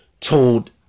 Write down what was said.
told